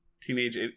Teenage